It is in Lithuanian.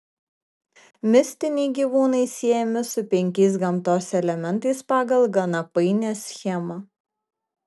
mistiniai gyvūnai siejami su penkiais gamtos elementais pagal gana painią schemą